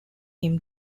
him